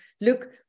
look